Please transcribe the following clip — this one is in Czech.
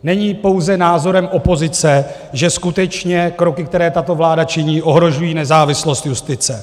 Není pouze názorem opozice, že skutečně kroky, která tato vláda činí, ohrožují nezávislost justice.